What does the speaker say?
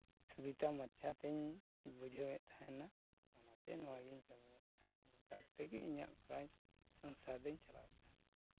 ᱥᱩᱵᱤᱛᱟ ᱢᱟᱪᱷᱟ ᱛᱤᱧ ᱵᱩᱡᱷᱟᱹᱣᱮᱫ ᱛᱟᱦᱮᱱᱟ ᱚᱱᱟᱛᱮ ᱱᱚᱣᱟᱜᱤᱧ ᱠᱟᱹᱢᱤᱭᱮᱫ ᱛᱟᱦᱮᱱᱟ ᱱᱚᱝᱠᱟ ᱠᱟᱛᱮᱫ ᱜᱮ ᱤᱧᱟᱜ ᱩᱯᱟᱭ ᱥᱚᱝᱥᱟᱨ ᱫᱩᱧ ᱪᱟᱞᱟᱣᱮᱫ ᱛᱟᱦᱮᱱᱟ